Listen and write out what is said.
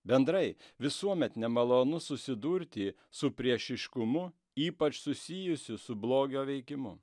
bendrai visuomet nemalonu susidurti su priešiškumu ypač susijusiu su blogio veikimu